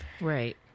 Right